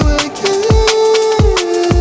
again